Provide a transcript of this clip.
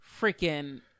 freaking